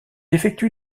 effectue